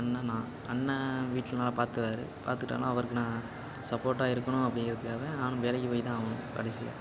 அண்ணன் நான் அண்ணன் வீட்டில் நல்லா பார்த்துக்குறாரு பார்த்துக்குட்டா அவருக்கு நான் சப்போட்டாக இருக்கணும் அப்படிங்கிறதுக்காக நானும் வேலைக்கு போய் தான் ஆகணும் கடைசியாக